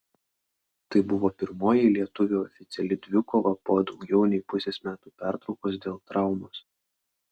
tai buvo pirmoji lietuvio oficiali dvikova po daugiau nei pusės metų pertraukos dėl traumos